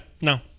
no